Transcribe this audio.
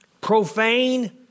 Profane